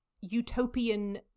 utopian